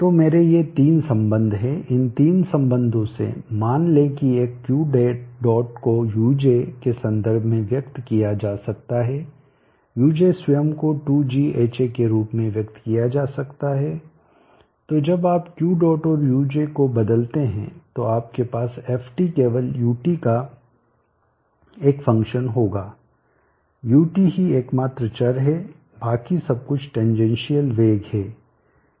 तो मेरे ये तीन संबंध हैं इन तीनसंबंधो से मान लें कि एक Q डॉट को uj के संदर्भ में व्यक्त किया जा सकता है uj स्वयं को 2gHa के रूप में व्यक्त किया जा सकता है तो जब आप Q डॉट और uj को बदलते है तो आपके पास Ft केवल ut का एक फंक्शन होगा ut ही एकमात्र चर है बाकि सब कुछ टेनजेनशिअल वेग है